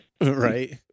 Right